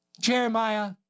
Jeremiah